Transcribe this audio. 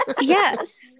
yes